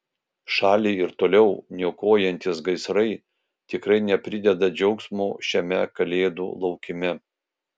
šalį ir toliau niokojantys gaisrai tikrai neprideda džiaugsmo šiame kalėdų laukime